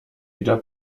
wieder